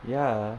ya